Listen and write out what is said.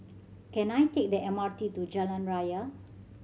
can I take the M R T to Jalan Raya